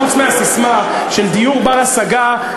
חוץ מהססמה של דיור בר-השגה,